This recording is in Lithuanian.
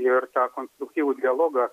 ir tą konstruktyvų dialogą